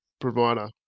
provider